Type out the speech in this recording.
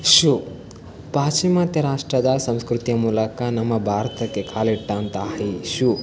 shoe ಪಾಶ್ಚಿಮಾತ್ಯ ರಾಷ್ಟ್ರದ ಸಂಸ್ಕೃತಿಯ ಮೂಲಕ ನಮ್ಮ ಭಾರತಕ್ಕೆ ಕಾಲಿಟ್ಟಂತಹ ಈ ಶೂ